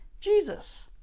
jesus